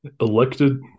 Elected